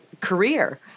career